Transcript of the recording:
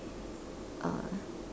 uh